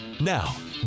Now